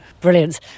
Brilliant